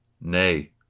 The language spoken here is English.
Nay